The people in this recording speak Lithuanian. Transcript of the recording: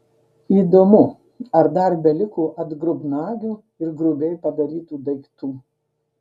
įdomu ar dar beliko atgrubnagių ir grubiai padarytų daiktų